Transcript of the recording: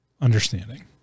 understanding